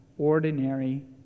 Ordinary